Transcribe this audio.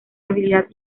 habilidad